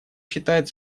считает